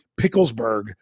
Picklesburg